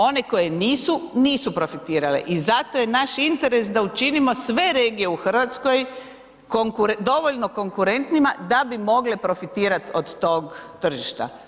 One koje nisu, nisu profitirale i zato je naš interes da učinimo sve regije u Hrvatskoj dovoljno konkurentnima, da bi mogle profitirati od tog tržišta.